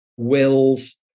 wills